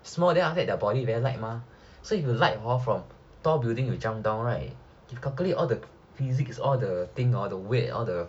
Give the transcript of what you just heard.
small then after that their body very light mah so if you light hor from tall building you jump down right if calculate all the physics all the thing hor the weight all the